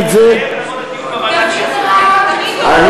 גברתי השרה, אני